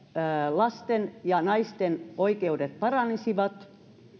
lasten ja naisten oikeudet paranisivat